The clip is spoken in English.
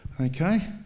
Okay